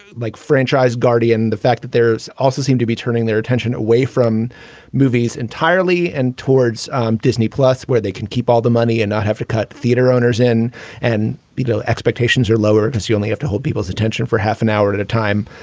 like franchise guardian. the fact that there's also seem to be turning their attention away from movies entirely and towards disney plus where they can keep all the money and not have to cut. theater owners in and below expectations are lower because you only have to hold people's attention for half an hour at at a time.